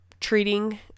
treating